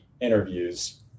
interviews